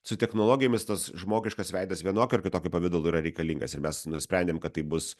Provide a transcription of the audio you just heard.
su technologijomis tas žmogiškas veidas vienokiu ar kitokiu pavidalu yra reikalingas ir mes nusprendėm kad tai bus